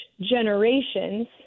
generations